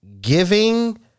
giving